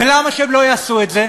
ולמה שהם לא יעשו את זה?